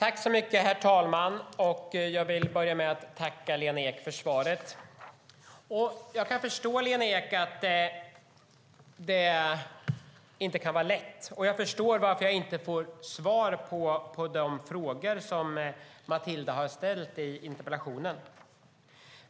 Herr talman! Jag vill börja med att tacka Lena Ek för svaret. Jag förstår, Lena Ek, att det inte kan vara lätt, och jag förstår varför jag inte får svar på de frågor som Matilda Ernkrans har ställt i interpellationen.